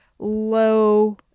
low